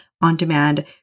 on-demand